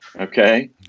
Okay